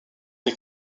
des